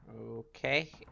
Okay